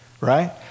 right